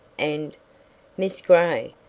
and miss gray,